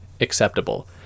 acceptable